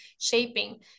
shaping